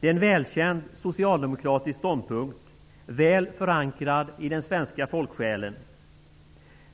Det är en välkänd socialdemokratisk ståndpunkt, väl förankrad i den svenska folksjälen.